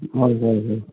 হয় হয় হয়